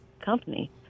company